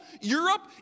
Europe